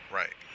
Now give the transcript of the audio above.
right